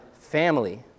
family